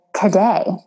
today